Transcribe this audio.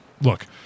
look